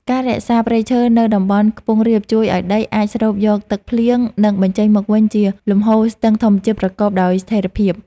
ការរក្សាព្រៃឈើនៅតំបន់ខ្ពង់រាបជួយឱ្យដីអាចស្រូបយកទឹកភ្លៀង និងបញ្ចេញមកវិញជាលំហូរស្ទឹងធម្មជាតិប្រកបដោយស្ថិរភាព។